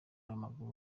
w’amaguru